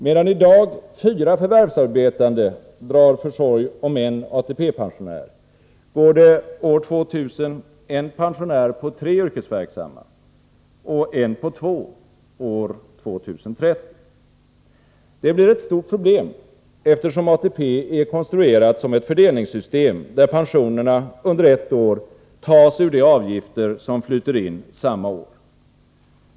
Medan i dag fyra förvärvsarbetande drar försorg om en ATP-pensionär, går det år 2000 en pensionär på tre yrkesverksamma och en på två år 2030. Det blir ett stort problem, eftersom ATP är konstruerat som ett fördelningssystem, där pensionerna under ett år tas ur de avgifter som flyter in samma år.